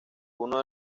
uno